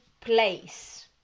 place